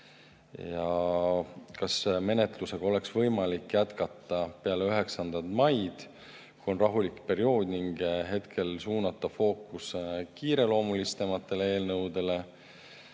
ja kas menetlust oleks võimalik jätkata peale 9. maid, kui on rahulikum periood, ning hetkel suunata fookus kiireloomulisematele eelnõudele.